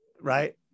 right